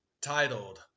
titled